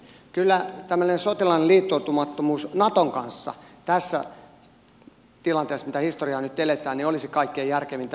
kyllä tämmöinen sotilaallinen liittoutumattomuus naton kanssa tässä tilanteessa mitä historiaa nyt eletään olisi kaikkein järkevintä